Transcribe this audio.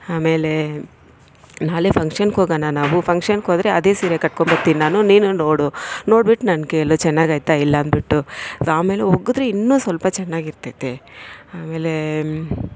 ಆಮೇಲೆ ನಾಳೆ ಫಂಕ್ಷನ್ಗೆ ಹೋಗೋಣ ನಾವು ಫಂಕ್ಷನ್ಗೆ ಹೋದ್ರೆ ಅದೇ ಸೀರೆ ಕಟ್ಕೊಂಡ್ಬರ್ತಿನಿ ನಾನು ನೀನು ನೋಡು ನೋಡ್ಬಿಟ್ಟು ನನಗೆ ಹೇಳು ಚೆನ್ನಾಗೈತ ಇಲ್ಲ ಅಂದ್ಬಿಟ್ಟು ಆಮೇಲೆ ಒಗ್ಗದ್ರೆ ಇನ್ನೂ ಸ್ವಲ್ಪ ಚೆನ್ನಾಗಿರ್ತೈತೆ ಆಮೇಲೇ